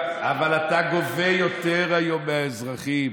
אבל אתה גובה יותר היום מהאזרחים.